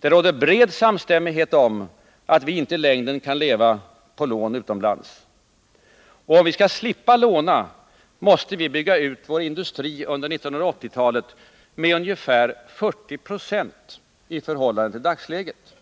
Det råder bred samstämmighet om att vi inte i längden kan leva på att låna utomlands. Och om vi skall slippa låna, måste vi bygga ut vår industri under 1980-talet med ungefär 40 96 i förhållande till dagsläget,